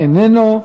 איננו,